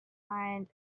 find